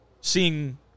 seeing